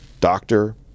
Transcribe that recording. doctor